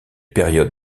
période